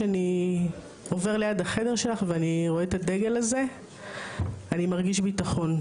כשאני עובר ליד החדר שלך ואני רואה את הדגל הזה אני מרגיש ביטחון.